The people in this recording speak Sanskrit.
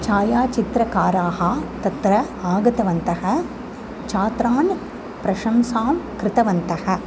छायाचित्रकाराः तत्र आगतवन्तः छात्रान् प्रशंसां कृतवन्तः